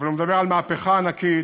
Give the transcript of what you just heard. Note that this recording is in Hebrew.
אבל הוא מדבר על מהפכה ענקית,